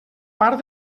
part